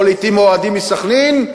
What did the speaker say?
או לעתים אוהדים מסח'נין,